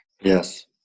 Yes